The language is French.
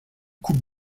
coupe